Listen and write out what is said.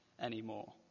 anymore